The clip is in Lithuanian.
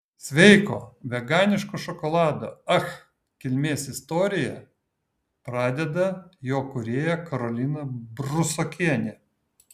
sveiko veganiško šokolado ach kilmės istoriją pradeda jo kūrėja karolina brusokienė